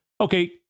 Okay